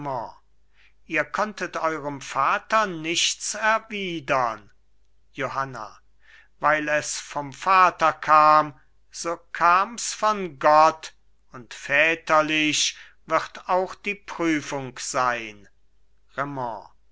ihr konntet eurem vater nichts erwidern johanna weil es vom vater kam so kams von gott und väterlich wird auch die prüfung sein